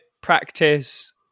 practice